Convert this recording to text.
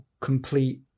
complete